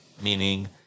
meaning